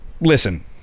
Listen